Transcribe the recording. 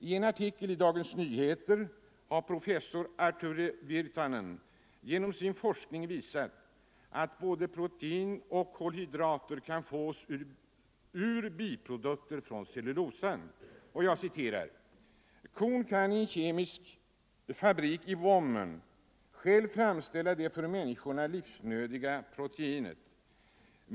I en artikel i Dagens Nyheter har professor Arthuri Virtanen redogjort för att hans forskning visat att både protein och kolhydrater kan fås ur biprodukter från cellulosan. Jag citerar ur artikeln följande: ”Kon kan i en kemisk fabrik i vommen själv framställa det för människorna livsnödvändiga proteinet.